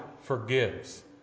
forgives